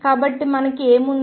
కాబట్టి మనకు ఏమి ఉంది